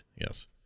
Yes